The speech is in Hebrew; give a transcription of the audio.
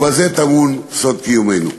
ובזה טמון סוד קיומנו.